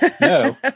no